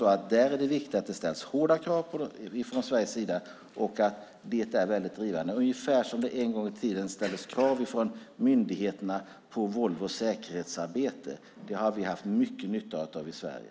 Det är viktigt att det ställs hårda krav från Sveriges sida ungefär som det en gång i tiden ställdes krav från myndigheterna på Volvos säkerhetsarbete. Det har vi haft mycket nytta av i Sverige.